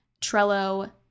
Trello